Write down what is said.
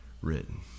written